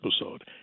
episode